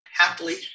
Happily